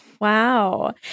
Wow